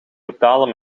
betalen